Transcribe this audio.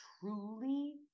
truly